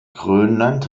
grönland